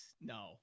No